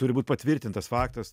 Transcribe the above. turi būt patvirtintas faktas